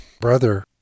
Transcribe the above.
brother